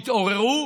תתעוררו.